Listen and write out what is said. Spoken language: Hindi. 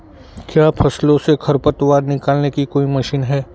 क्या फसलों से खरपतवार निकालने की कोई मशीन है?